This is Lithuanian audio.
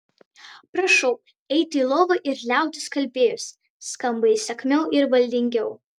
prašau eiti į lovą ir liautis kalbėjus skamba įsakmiau ir valdingiau